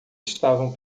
estavam